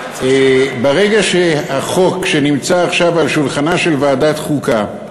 ברגע שהחוק שנמצא עכשיו על שולחנה של ועדת חוקה,